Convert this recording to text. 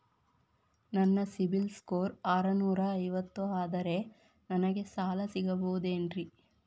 ನನ್ನ CIBIL score ಆರನೂರ ಐವತ್ತು ಅದರೇ ನನಗೆ ಸಾಲ ಸಿಗಬಹುದೇನ್ರಿ?